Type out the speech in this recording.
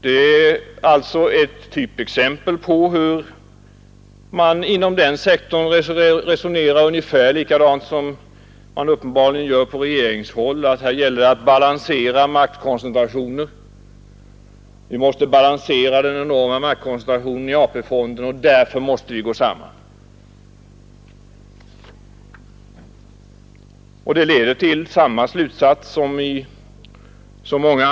Det är ett typexempel på hur man inom banksektorn resonerar ungefär på samma sätt som uppenbarligen regeringen gör, nämligen att det här gäller att balansera olika maktkoncentrationer mot varandra. För att balansera den enorma maktkoncentrationen i AP-fonden går man således samman inom banksektorn.